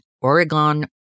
Oregon